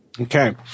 Okay